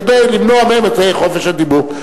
כדי למנוע מהם את חופש הדיבור.